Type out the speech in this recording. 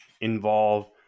involve